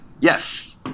Yes